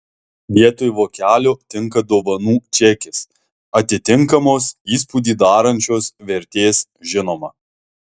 vietoj vokelio tinka dovanų čekis atitinkamos įspūdį darančios vertės žinoma